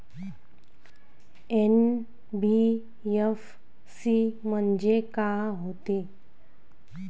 NBFC म्हणजे का होते?